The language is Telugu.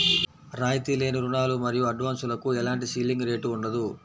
రాయితీ లేని రుణాలు మరియు అడ్వాన్సులకు ఎలాంటి సీలింగ్ రేటు ఉండదు